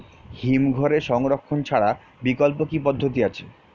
হিমঘরে সংরক্ষণ ছাড়া বিকল্প কি পদ্ধতি আছে?